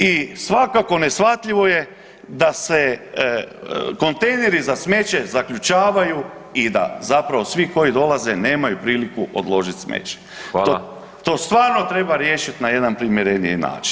I svakako neshvatljivo je da se kontejneri za smeće zaključavaju i da zapravo svi koji dolaze nemaju priliku odložiti smeće [[Upadica: Hvala.]] to stvarno treba riješiti na jedan primjereniji način.